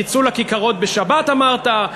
יצאו לכיכרות בשבת, אמרת,